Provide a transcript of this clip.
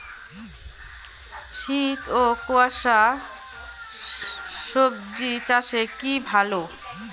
শীত ও কুয়াশা স্বজি চাষে কি ভালো?